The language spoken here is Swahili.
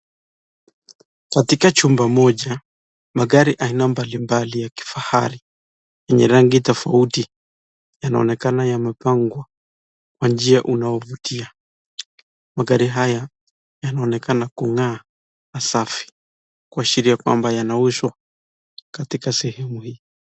Katika chumba moja ,magari aina mbalimbali ya kifahari yenye rangi tofauti yanaonekana yamepangwa kwa njia unaovutia. Magari haya yanaonekana kung'aa na safi kuashiria ya kwamba yanaoshwa katika sehemu hii.